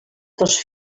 tos